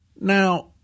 Now